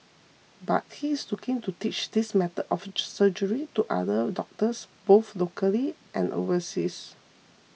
but he is looking to teach this method of surgery to other doctors both locally and overseas